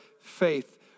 faith